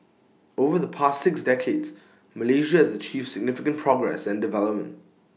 over the past six decades Malaysia has achieved significant progress and development